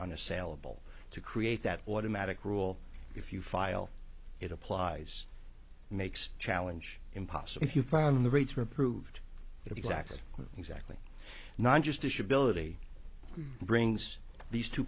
unassailable to create that automatic rule if you file it applies makes challenge impossible you found the rates were approved exactly exactly not just issued billet brings these two